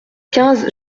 quinze